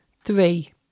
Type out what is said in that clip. Three